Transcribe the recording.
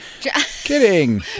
Kidding